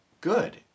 good